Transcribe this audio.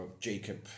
Jacob